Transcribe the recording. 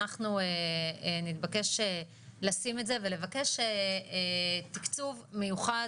אנחנו נתבקש לשים את זה ולבקש תקצוב מיוחד,